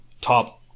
top